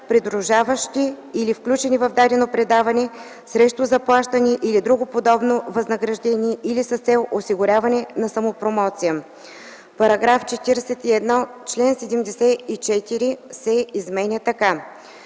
придружаващи или включени в дадено предаване срещу заплащане или друго подобно възнаграждение или с цел осигуряване на самопромоция.” „§ 41. Чл. 74 се изменя така: